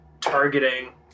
targeting